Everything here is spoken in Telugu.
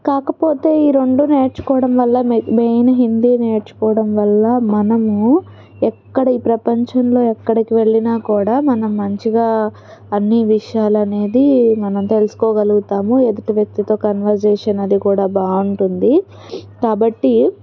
కాకపోతే ఈ రెండు నేర్చుకోవడంవల్ల మె మెయిన్ హిందీ నేర్చుకోవడం వల్ల మనము ఎక్కడ ఈ ప్రపంచంలో ఎక్కడికి వెళ్లినా కూడా మనం మంచిగా అన్ని విషయాలనేది మనం తెలుసుకోగలుగుతాము ఎదుటి వ్యక్తితో కన్వర్జేషన్ అది కూడా బావుంటుంది కాబట్టి